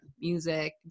music